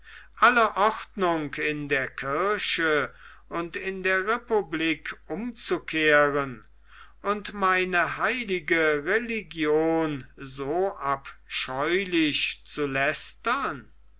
alle ordnung in der kirche und in der republik umzukehren und meine heilige religion so abscheulich zu lästern